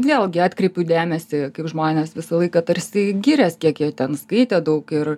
vėlgi atkreipiu dėmesį kaip žmonės visą laiką tarsi giriasi kiek jie ten skaitė daug ir